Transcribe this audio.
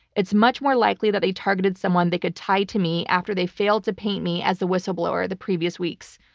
it's much more likely that they targeted someone they could tie to me after they failed to paint me as the whistleblower the previous weeks.